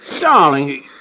Darling